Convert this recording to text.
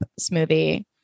smoothie